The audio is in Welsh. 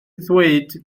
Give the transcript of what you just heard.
ddweud